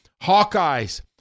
Hawkeye's